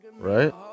right